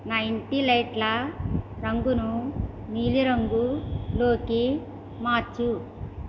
నా ఇంటి లైట్ల రంగును నీలి రంగు లోకి మార్చు